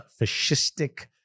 fascistic